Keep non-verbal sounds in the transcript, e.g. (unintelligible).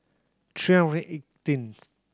three (unintelligible) eighteenth